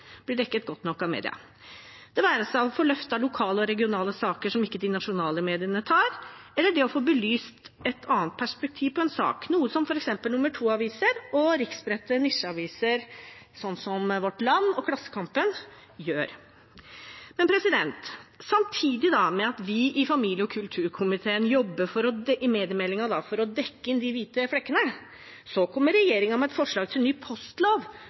blir dekket godt nok av media – det være seg å få løftet lokale og regionale saker som ikke de nasjonale mediene tar, eller å få belyst et annet perspektiv på en sak, noe f.eks. nummer to-aviser og riksspredte nisjeaviser som Vårt Land og Klassekampen gjør. Samtidig med at vi i familie- og kulturkomiteen jobber for å dekke inn de hvite flekkene i mediemeldingen, kommer regjeringen med et forslag til ny postlov